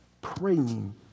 praying